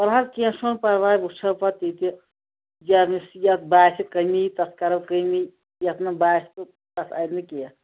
ولہٕ حظ کینہہ چھُنہٕ پرواے وٕچھو پتہٕ تِتہِ ییٚمس یتھ باسہِ کٔمی تتھ کَرو کٔمی یتھ نہ باسہِ تتھ اَندِ نہٕ کینہہ